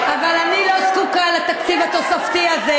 אבל אני לא זקוקה לתקציב התוספתי הזה,